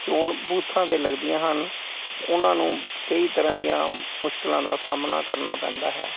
ਚੋਣ ਬੂਥਾਂ ਦੇ ਲੱਗਦੀਆਂ ਹਨ ਉਹਨਾਂ ਨੂੰ ਕਈ ਤਰ੍ਹਾਂ ਦੀਆਂ ਮੁਸ਼ਕਲਾਂ ਦਾ ਸਾਹਮਣਾ ਕਰਨਾ ਪੈਂਦਾ ਹੈ